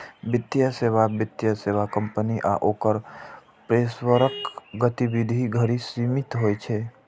वित्तीय सेवा वित्तीय सेवा कंपनी आ ओकर पेशेवरक गतिविधि धरि सीमित होइ छै